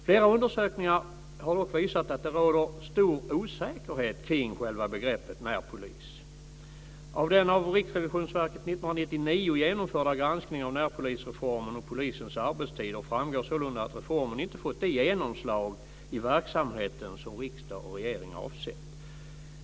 Flera undersökningar har dock visat att det råder stor osäkerhet kring själva begreppet närpolis. Av den av Riksrevisionsverket 1999 genomförda granskningen av närpolisreformen och polisens arbetstider framgår sålunda att reformen inte fått det genomslag i verksamheten som riksdag och regering avsett.